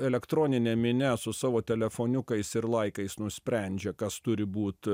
elektroninė minia su savo telefoniukais ir laikais nusprendžia kas turi būt